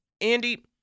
Andy